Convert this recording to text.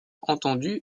entendue